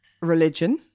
religion